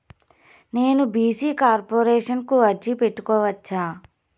నేను BC corporation కు అర్జీ పెట్టుకోవచ్చా?